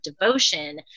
devotion